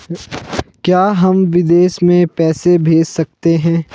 क्या हम विदेश में पैसे भेज सकते हैं?